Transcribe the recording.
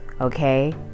okay